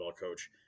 coach